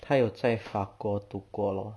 他有在法国读过咯